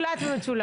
הכול מוקלט ומצולם.